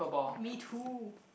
me too